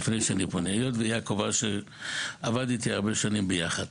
היות ויעקב עבד איתי הרבה שנים ביחד,